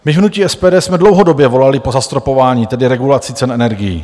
My v hnutí SPD jsme dlouhodobě volali po zastropování, tedy regulaci cen energií.